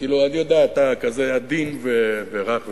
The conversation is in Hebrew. כאילו אתה כזה עדין ורך,